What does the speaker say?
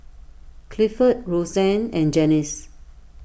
Clifford Rosanne and Janyce